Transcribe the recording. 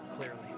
clearly